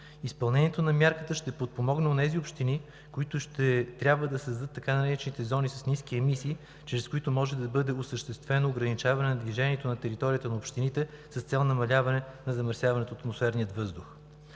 Изпълнението на мярката ще подпомогне онези общини, които ще трябва да създадат така наречените зони с ниски емисии, чрез които може да бъде осъществено ограничаване на движението на територията на общините с цел намаляване на замърсяването на атмосферния въздух.